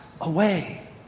away